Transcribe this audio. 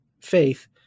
faith